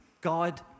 God